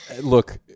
look